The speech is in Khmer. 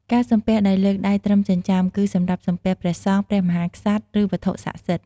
ការសំពះដោយលើកដៃត្រឹមចិញ្ចើម គឺសម្រាប់សំពះព្រះសង្ឃ ព្រះមហាក្សត្រ ឬវត្ថុស័ក្តិសិទ្ធិ។